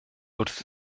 wrth